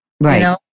Right